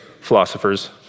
philosophers